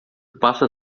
passa